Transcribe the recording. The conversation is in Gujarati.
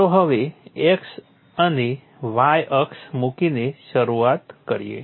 ચાલો હવે x અને y અક્ષ મૂકીને શરૂઆત કરીએ